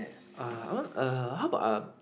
uh I want uh how about uh